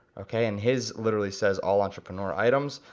okay and his literally says all entrepreneur items,